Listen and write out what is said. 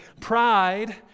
Pride